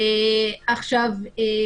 עכשיו,